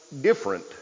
different